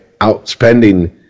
outspending